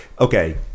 Okay